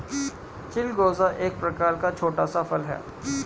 चिलगोजा एक प्रकार का छोटा सा फल है